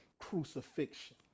crucifixion